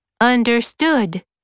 understood